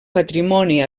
patrimoni